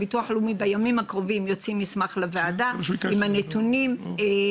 בימים הקרובים הביטוח ישלח מסמך לוועדה עם הנתונים.